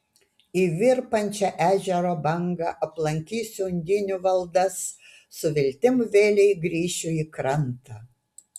į virpančią ežero bangą aplankysiu undinių valdas su viltim vėlei grįšiu į krantą